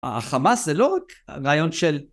החמאס זה לא רק רעיון של...